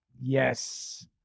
Yes